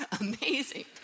amazing